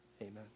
amen